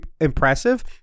impressive